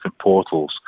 portals